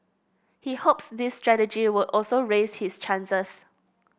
he hopes this strategy would also raise his chances